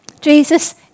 Jesus